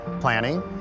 planning